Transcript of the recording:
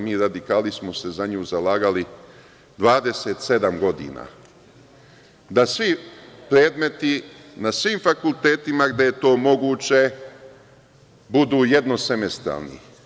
Mi radikali smo se za nju zalagali 27 godina, da svi predmeti na svim fakultetima gde je to moguće budu jednosemestralni.